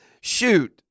Shoot